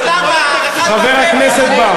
חבר הכנסת בר,